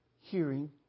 hearing